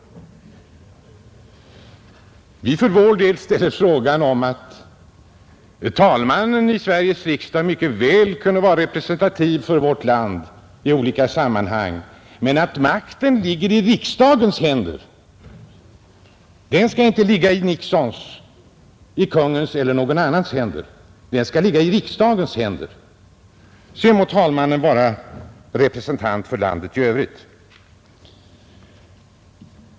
Vi för vår del ställer frågan om att talmannen i Sveriges riksdag mycket väl kunde vara representativ för vårt land i olika sammanhang men att makten ligger i riksdagens händer. Den skall inte ligga i Nixons, kungens eller någon annans händer, den skall ligga i riksdagens händer. Sedan må talmannen vara representant för landet i övrigt.